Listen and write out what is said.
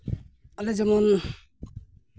ᱟᱞᱮ ᱡᱮᱢᱚᱱ